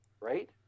right